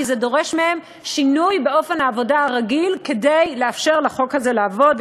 כי זה דורש מהם שינוי באופן העבודה הרגיל כדי לאפשר לחוק הזה לעבוד,